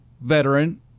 veteran